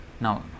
Now